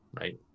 right